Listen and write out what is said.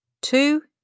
Two